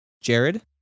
jared